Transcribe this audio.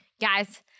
Guys